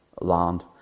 land